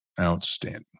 Outstanding